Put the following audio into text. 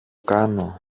κάνω